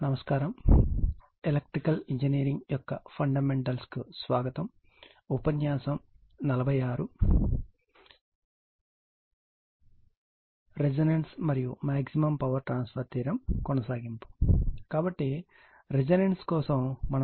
కాబట్టి రెసోనెన్స్ కోసం మనం సిద్ధాంతాలని చూసాము